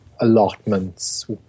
allotments